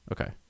Okay